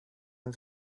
and